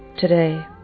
today